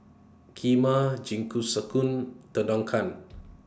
Kheema Jingisukan